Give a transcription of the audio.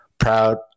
proud